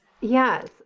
Yes